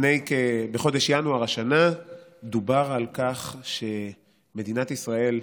בחודש ינואר השנה דובר על כך שמדינת ישראל,